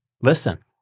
Listen